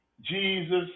Jesus